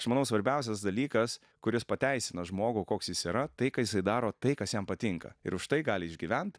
aš manau svarbiausias dalykas kuris pateisina žmogų koks jis yra tai kad jisai daro tai kas jam patinka ir už tai gali išgyvent